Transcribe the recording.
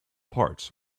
parts